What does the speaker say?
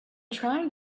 trying